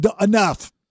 enough